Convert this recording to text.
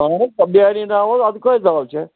اَہَن حظ میٛانے ناوٕ حظ اَدٕ کٔہٕنٛدِ ناو چھےٚ